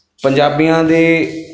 ਪੰਜਾਬੀਆਂ ਦੇ